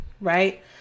right